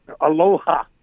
Aloha